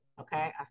okay